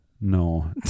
no